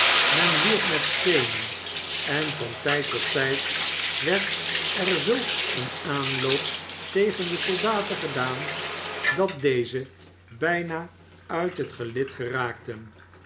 men wierp met steenen en van tijd tot tijd werd er zulk een aanloop tegen de soldaten gedaan dat deze bijna uit het gelid raakten